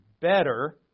better